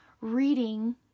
reading